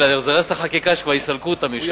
כדי לזרז את החקיקה, שכבר יסלקו אותם משם.